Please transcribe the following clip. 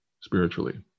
spiritually